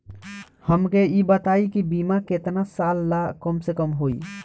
हमके ई बताई कि बीमा केतना साल ला कम से कम होई?